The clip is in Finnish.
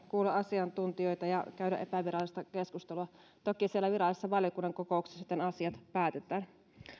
kuulla asiantuntijoita ja käydä epävirallista keskustelua toki siellä virallisessa valiokunnan kokouksessa sitten asiat päätetään